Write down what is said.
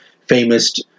famous